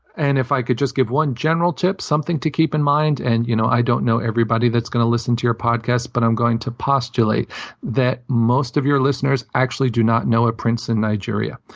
and if i could just give one general tip, something to keep in mind. and you know i don't know everybody that's going to listen to your podcast, but i'm going to postulate that most of your listeners actually do not know a prince in nigeria.